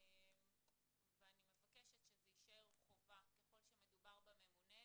ואני מבקשת שזה יישאר חובה ככל שמדובר בממונה,